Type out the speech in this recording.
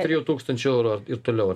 trijų tūkstančių eurų ir toliau